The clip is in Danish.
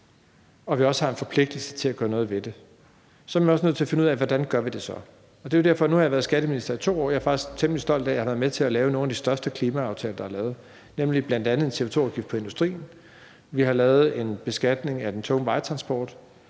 og vi også har en forpligtelse til at gøre noget ved det, så også er nødt til at finde ud af, hvordan man så gør det. Jeg har nu været skatteminister i 2 år, og jeg er faktisk temmelig stolt af, at jeg har været med til at lave nogle af de største klimaaftaler, der er lavet, nemlig bl.a. en CO2-afgift på industrien. Vi har lavet en beskatning af den tunge vejtransport